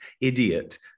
idiot